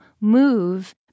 move